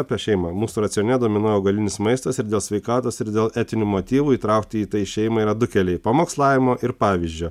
apie šeimą mūsų racione dominuoja augalinis maistas ir dėl sveikatos ir dėl etinių motyvų įtraukti į tai šeimą yra du keliai pamokslavimo ir pavyzdžio